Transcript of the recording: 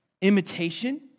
imitation